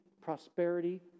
prosperity